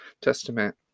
Testament